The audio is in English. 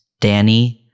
Danny